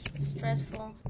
stressful